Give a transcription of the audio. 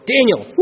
Daniel